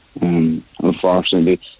Unfortunately